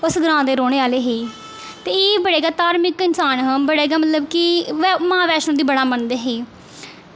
उस ग्रांऽ दे रौह्ने आह्ले हे ते एह् एह् बड़े गै धार्मक इन्सान हे बड़े गै मतलब कि मां वैष्णो गी बड़ा मन्नदे हे